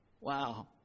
Wow